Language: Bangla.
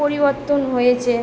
পরিবর্তন হয়েছে